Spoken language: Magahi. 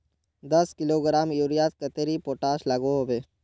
दस किलोग्राम यूरियात कतेरी पोटास लागोहो होबे?